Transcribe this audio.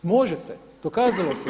Može se, dokazalo se.